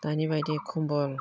दानि बायदि खम्बल